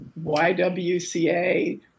YWCA